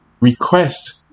request